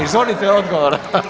Izvolite odgovor.